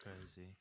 crazy